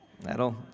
That'll